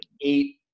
eight